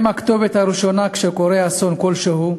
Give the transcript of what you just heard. הם הכתובת הראשונה כשקורה אסון כלשהו,